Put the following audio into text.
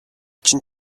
чинь